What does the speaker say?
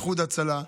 איחוד הצלה,